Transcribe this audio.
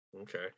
Okay